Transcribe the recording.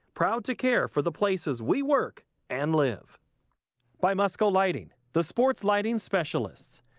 proud to care for the places we work and live by musco lighting, the sports lighting specialists,